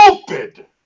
stupid